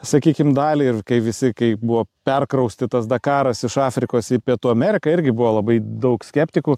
sakykim dalį ir kai visi kai buvo perkraustytas dakaras iš afrikos į pietų ameriką irgi buvo labai daug skeptikų